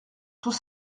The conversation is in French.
tout